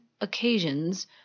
occasions